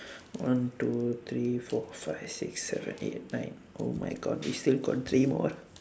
one two three four five six seven eight nine oh my god we still got three more